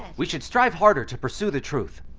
we should strive harder to pursue the truth,